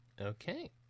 Okay